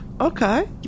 Okay